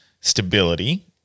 stability